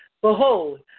Behold